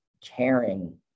caring